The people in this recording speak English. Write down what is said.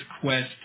quest